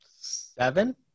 Seven